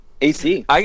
AC